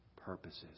purposes